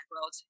world